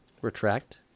Retract